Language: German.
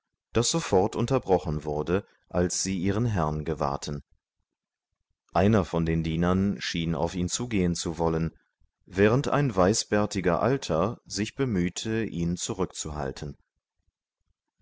das sofort unterbrochen wurde als sie ihren herrn gewahrten einer von den dienern schien auf ihn zugehen zu wollen während ein weißbärtiger alter sich bemühte ihn zurückzuhalten